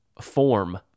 form